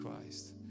Christ